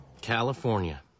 California